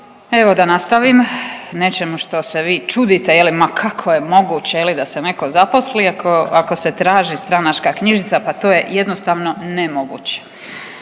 Evo da nastavim nečemu što se vi čudite je li ma kako je moguće je li da se netko zaposli ako, ako se traži stranačka knjižica, pa to je jednostavno nemoguće,